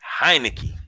Heineke